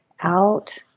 out